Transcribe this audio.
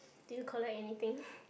do you collect anything